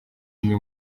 imwe